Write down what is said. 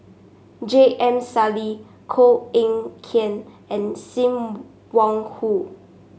J M Sali Koh Eng Kian and Sim Wong Hoo